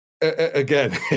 again